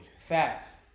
Facts